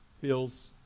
feels